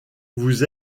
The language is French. vous